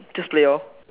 just play lor